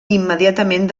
immediatament